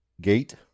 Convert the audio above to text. Gate